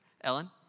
Ellen